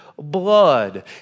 blood